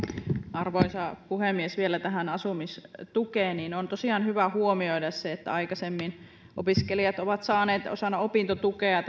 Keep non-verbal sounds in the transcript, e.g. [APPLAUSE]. arvoisa puhemies vielä tähän asumistukeen on tosiaan hyvä huomioida se että aikaisemmin opiskelijat ovat saaneet osana opintotukea [UNINTELLIGIBLE]